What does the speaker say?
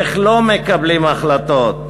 איך לא מקבלים החלטות,